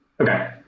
Okay